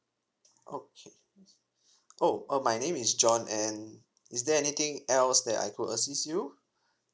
okay oh uh my name is john and is there anything else that I could assist you